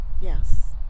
Yes